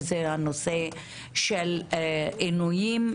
וזה הנושא של עינויים,